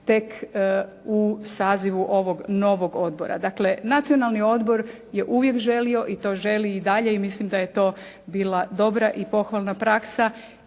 tek u sazivu ovog novog odbora. Dakle Nacionalni odbor je uvijek želio i to želi i dalje i mislim daje to bila dobra i pohvalna praksa